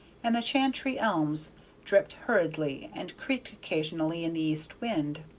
and the chantrey elms dripped hurriedly, and creaked occasionally in the east-wind.